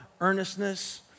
earnestness